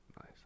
Nice